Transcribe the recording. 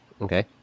Okay